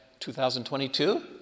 2022